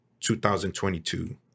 2022